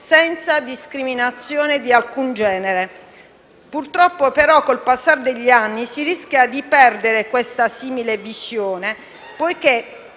senza discriminazione di alcun genere. Purtroppo, però, con il passare degli anni si rischia di perdere questa visione, poiché